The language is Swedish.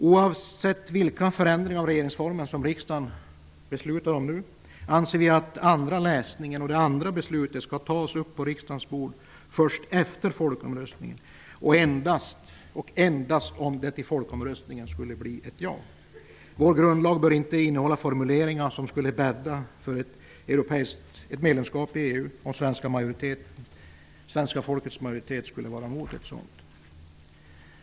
Oavsett vilka förändringar av regeringsformen som riksdagen beslutar om nu anser vi att det andra beslutet skall läggas på riksdagens bord först efter folkomröstningen -- och endast om det i folkomröstningen skulle bli ett ja. Vår grundlag bör inte innehålla formuleringar som bäddar för ett medlemskap i EU om majoriteten av svenska folket skulle vara emot ett sådant.